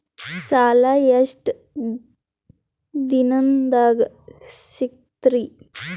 ಸಾಲಾ ಎಷ್ಟ ದಿಂನದಾಗ ಸಿಗ್ತದ್ರಿ?